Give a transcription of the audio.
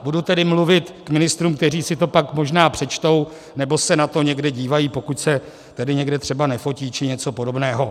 Budu tedy mluvit k ministrům, kteří si to pak možná přečtou nebo se na to někde dívají, pokud se tedy někde třeba nefotí či něco podobného.